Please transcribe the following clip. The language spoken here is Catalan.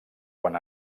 quan